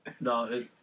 No